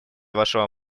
вашего